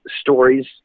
stories